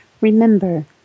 remember